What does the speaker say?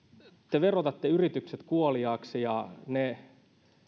te verotatte yritykset kuoliaiksi ja ne